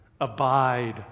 abide